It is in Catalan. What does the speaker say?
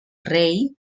rei